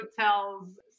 hotels